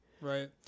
right